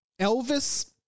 Elvis